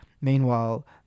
Meanwhile